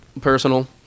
personal